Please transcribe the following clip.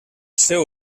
seu